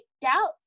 doubts